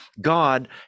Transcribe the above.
God